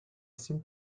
seem